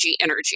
energy